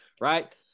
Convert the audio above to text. right